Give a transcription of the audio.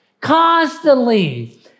constantly